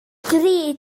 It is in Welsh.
dri